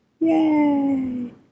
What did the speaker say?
Yay